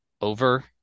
over